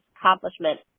accomplishment